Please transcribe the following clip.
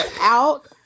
out